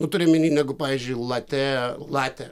na turiu omeny negu pavyzdžiui latė latė